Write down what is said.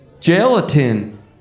Gelatin